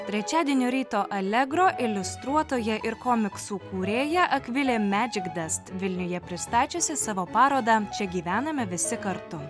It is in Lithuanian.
trečiadienio ryto allegro iliustruotoja ir komiksų kūrėja akvilė medžikdast vilniuje pristačiusi savo parodą čia gyvename visi kartu